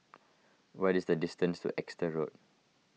what is the distance to Exeter Road